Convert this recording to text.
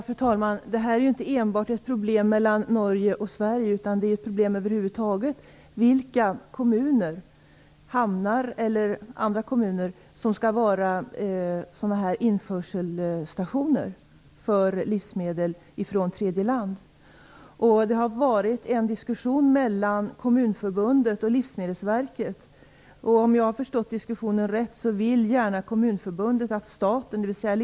Fru talman! Det här är inte enbart ett problem mellan Norge och Sverige, utan det är ett problem över huvud taget. Vilka kommuner - hamnar och andra kommuner - skall vara införselstationer för livsmedel från tredje land? Det har pågått en diskussion mellan Kommunförbundet och Livsmedelsverket, och om jag har förstått diskussionen rätt vill gärna Kommunförbundet att staten, dvs.